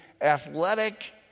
athletic